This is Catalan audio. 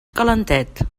calentet